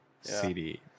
cd